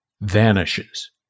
vanishes